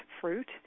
fruit